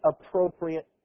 appropriate